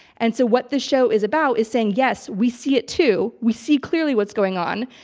and so what the show is about is saying, yes, we see it too. we see clearly what's going on,